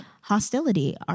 Hostility